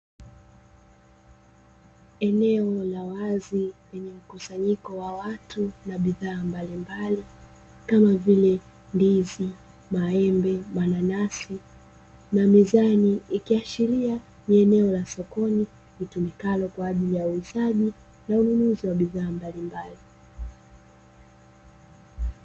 Eneo la wazi lenye mkusanyiko wa watu na bidhaa mbalimbali kama vile ndizi, maembe, mananasi na mizani ikiashiria ni eneo la sokoni litumikalo kwa ajili ya uuzaji na ununuzi wa bidhaa mbalimbali.